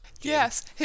Yes